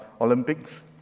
Olympics